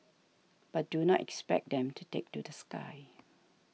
but do not expect them to take to the sky